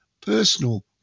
personal